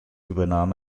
übernahm